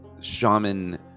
Shaman